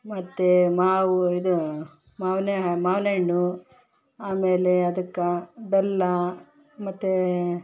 ಮತ್ತು ಮಾವು ಇದು ಮಾವ್ನ ಹ ಮಾವಿನಣ್ಣು ಆಮೇಲೆ ಅದಕ್ಕೆ ಬೆಲ್ಲ ಮತ್ತು